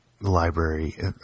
library